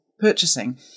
purchasing